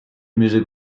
music